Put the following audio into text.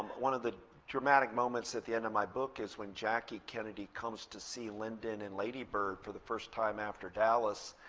one of the dramatic moments at the end of my book is when jackie kennedy comes to see lyndon and ladybird for the first time after dallas,